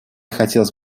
хотелось